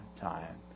time